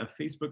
Facebook